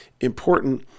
important